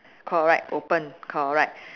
correct open correct